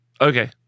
okay